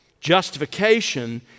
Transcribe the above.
Justification